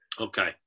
Okay